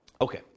Okay